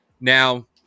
Now